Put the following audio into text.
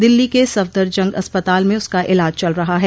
दिल्ली के सफदरजंग अस्पताल में उसका इलाज चल रहा है